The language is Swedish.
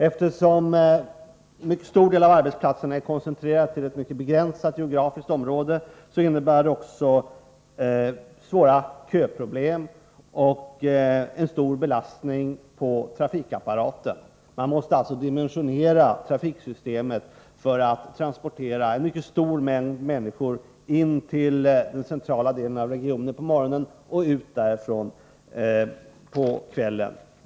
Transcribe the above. Eftersom en mycket stor del av arbetsplatserna är koncentrerad till ett mycket begränsat geografiskt område, innebär det också svåra köproblem och en stor belastning på trafikapparaten. Man måste alltså dimensionera trafiksystemet för att transportera en stor mängd människor in till den centrala delen av regionen på morgonen och ut därifrån på kvällen.